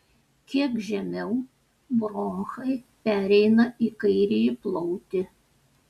kiek žemiau bronchai pereina į kairįjį plautį